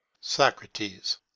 Socrates